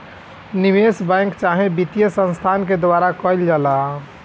निवेश बैंक चाहे वित्तीय संस्थान के द्वारा कईल जाला